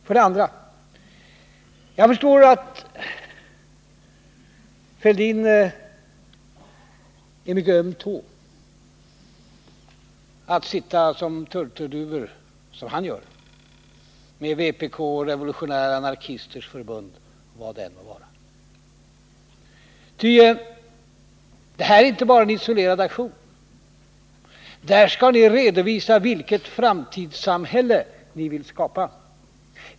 För det andra: Jag förstår att det för Thorbjörn Fälldin är en mycket öm tå man trampar på, när man påpekar att centerpartisterna sitter som turturduvor tillsammans med vpk och Revolutionära anarkisters förbund och vilka det nu än må vara. Det är här inte bara fråga om en isolerad aktion. Ni skall redovisa vilket framtidssamhälle ni vill skapa.